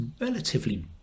relatively